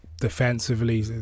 defensively